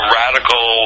radical